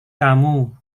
kamu